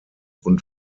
und